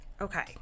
okay